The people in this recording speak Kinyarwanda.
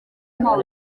nta